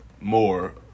more